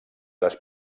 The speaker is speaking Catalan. les